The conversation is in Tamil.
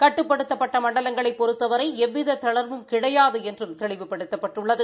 கட்டுப்படுத்தப்பட்ட மண்டலங்களைப் பொறுத்தவரை எவ்வித தளா்வும் கிடையாது என்றும் தெளிவுபடுத்தப்பட்டுள்ளது